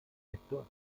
sektor